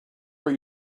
what